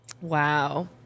wow